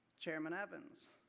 chairman evans,